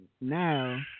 now